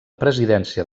presidència